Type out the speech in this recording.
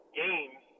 games